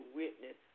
witness